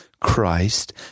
Christ